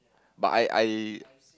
but I I